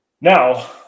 Now